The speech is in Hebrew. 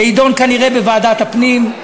זה יידון כנראה בוועדת הפנים,